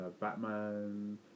Batman